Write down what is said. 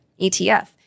ETF